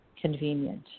convenient